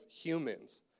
humans